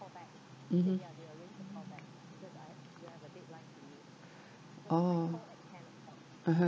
mmhmm orh (uh huh)